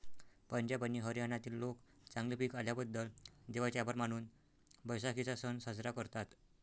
पंजाब आणि हरियाणातील लोक चांगले पीक आल्याबद्दल देवाचे आभार मानून बैसाखीचा सण साजरा करतात